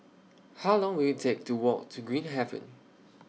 How Long Will IT Take to Walk to Green Haven